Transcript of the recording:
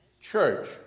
Church